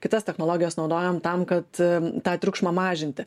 kitas technologijas naudojam tam kad tą triukšmą mažinti